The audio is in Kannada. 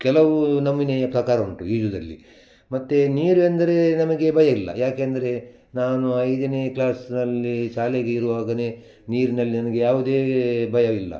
ಕೆಲವು ನಮೂನೆಯ ಪ್ರಕಾರ ಉಂಟು ಈಜುವುದ್ರಲ್ಲಿ ಮತ್ತು ನೀರು ಎಂದರೆ ನಮಗೆ ಭಯ ಇಲ್ಲ ಏಕೆಂದ್ರೆ ನಾನು ಐದನೇ ಕ್ಲಾಸ್ನಲ್ಲಿ ಶಾಲೆಗೆ ಇರುವಾಗಲೇ ನೀರಿನಲ್ಲಿ ನನಗೆ ಯಾವುದೇ ಭಯವಿಲ್ಲ